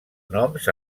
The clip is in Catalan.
noms